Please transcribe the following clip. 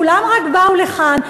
כולם רק באו לכאן,